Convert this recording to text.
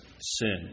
sin